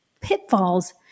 pitfalls